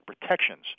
protections